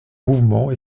mouvement